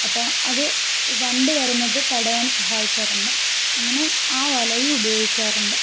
അപ്പോൾ അത് വണ്ട് വരുന്നത് തടയാൻ സഹായിക്കാറുണ്ട് അങ്ങനെ ആ വലയും ഉപയോഗിക്കാറുണ്ട്